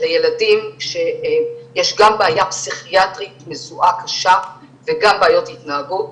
אלה ילדים שיש להם גם בעיה פסיכיאטרית מזוהה קשה וגם בעיות התנהגות.